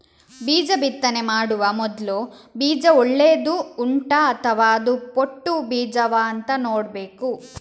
ಬೀಜ ಬಿತ್ತನೆ ಮಾಡುವ ಮೊದ್ಲು ಬೀಜ ಒಳ್ಳೆದು ಉಂಟಾ ಅಥವಾ ಅದು ಪೊಟ್ಟು ಬೀಜವಾ ಅಂತ ನೋಡ್ಬೇಕು